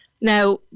Now